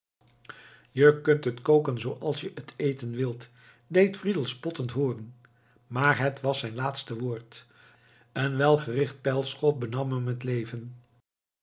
je kunt het koken zooals je het eten wilt deed friedel spottend hooren maar het was zijn laatste woord een welgericht pijlschot benam hem het leven